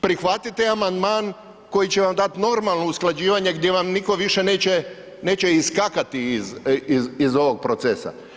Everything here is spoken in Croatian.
Prihvatite amandman koji će vam dati normalno usklađivanje gdje vam nitko više neće iskakati iz ovog procesa.